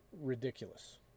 ridiculous